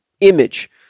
image